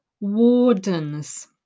wardens